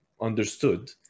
understood